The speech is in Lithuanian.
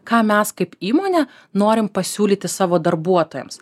ką mes kaip įmonė norim pasiūlyti savo darbuotojams